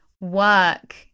work